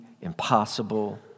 impossible